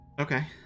Okay